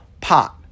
pot